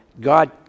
God